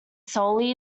solely